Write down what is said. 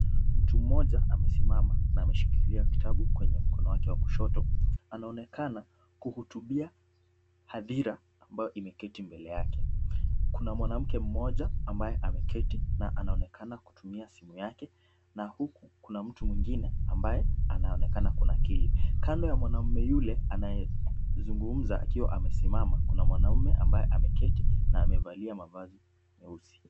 Mtu mmoja amesimama na ameshikilia kitabu kwenye mkono wake wa kushoto. Anaonekana kuhutubia hadhira ambayo imeketi mbele yake. Kuna mwanamke mmoja ambaye ameketi na anaonekana kutumia simu yake na huku kuna mtu mwingine ambaye anayeonekana kunakili. Kando ya mwanaume yule anayezungumza akiwa amesimama kuna mwanaume ambaye ameketi na amevalia mavazi meusi.